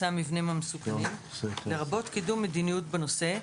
המבנים המסוכנים לרבות קידום מדיניות בנושא,